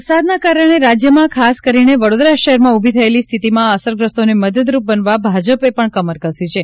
વરસાદના કારણે રાજ્યમાં ખાસ કરીને વડોદરા શહેરમાં ઉભી થયેલી સ્થિતિમાં અસરગ્રસ્તોને મદદરૂપ બનવા ભાજપે પણ કમરકસી છે